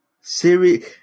Siri